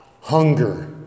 hunger